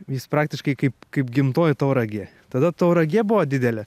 jis praktiškai kaip kaip gimtoji tauragė tada tauragė buvo didelė